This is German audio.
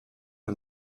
ein